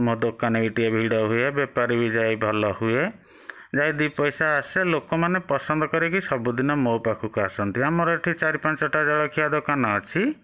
ମୋ ଦୋକାନ ବି ଟିକେ ଭିଡ଼ ହୁଏ ବେପାର ବି ଯାଇ ଭଲ ହୁଏ ଯାଇ ଦୁଇପଇସା ଆସେ ଲୋକମାନେ ପସନ୍ଦ କରିକି ସବୁଦିନ ମୋ ପାଖକୁ ଆସନ୍ତି ଆମର ଏଠି ଚାରି ପାଞ୍ଚଟା ଜଳଖିଆ ଦୋକାନ ଅଛି